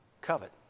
covet